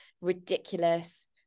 ridiculous